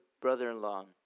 brother-in-law